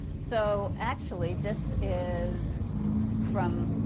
so actually this is from